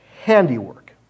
handiwork